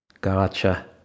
Gotcha